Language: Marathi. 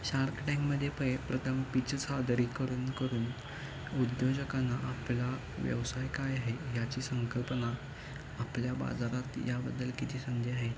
शार्क टँकमध्ये पय प्रथम पीच सादर करून करून उद्योजकांना आपला व्यवसाय काय आहे ह्याची संकल्पना आपल्या बाजारात याबद्दल किती संधी आहेत